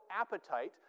appetite